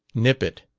nip it.